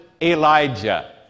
Elijah